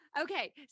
Okay